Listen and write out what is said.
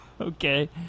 Okay